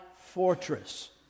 fortress